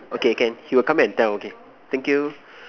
okay can he will come back and tell okay thank you